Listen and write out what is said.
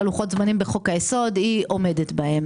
לוחות זמנים בחוק היסוד היא עומדת בהם.